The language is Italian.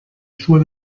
sue